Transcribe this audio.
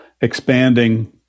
expanding